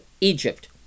Egypt